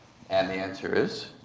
and the answer is?